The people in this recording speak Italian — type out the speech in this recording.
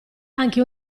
anche